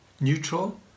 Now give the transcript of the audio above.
neutral